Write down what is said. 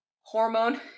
hormone